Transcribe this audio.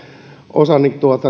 osa